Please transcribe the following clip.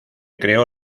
creó